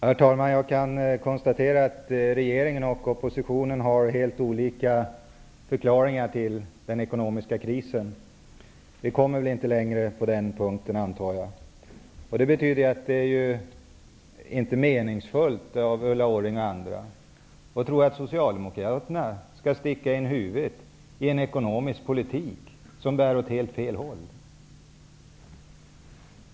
Herr talman! Jag kan konstatera att regeringen och oppositionen har helt olika förklaringar till den ekonomiska krisen. Vi kommer väl inte längre på den punkten, antar jag. Det betyder att det inte är meningsfullt av Ulla Orring och andra att tro att Socialdemokraterna skall sticka in huvudet i en ekonomisk politik som bär åt helt fel håll.